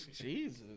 Jesus